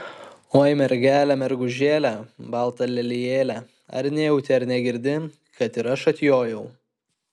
oi mergele mergužėle balta lelijėle ar nejauti ar negirdi kad ir aš atjojau